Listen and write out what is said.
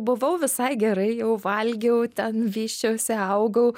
buvau visai gerai jau valgiau ten vysčiausi augau